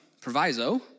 proviso